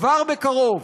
כבר בקרוב,